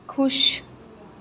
खुश